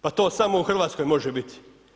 Pa to samo u Hrvatskoj može biti.